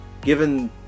given